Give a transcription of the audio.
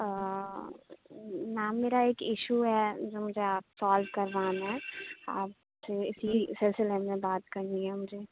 میم میرا ایک ایشو ہے جو مجھے آپ سولو کروانا ہے آپ سے اِسی سلسلے میں بات کرنی ہے مجھے